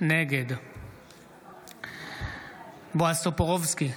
נגד בועז טופורובסקי,